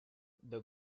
the